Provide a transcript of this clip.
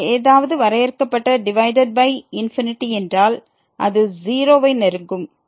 எனவே ஏதாவது வரையறுக்கப்பட்ட டிவைடட் பை ∞ என்றால் இது 0 வை நெருங்கும்